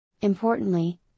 Importantly